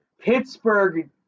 Pittsburgh